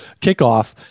kickoff